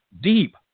deep